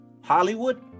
Hollywood